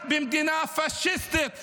רק במדינה פשיסטית,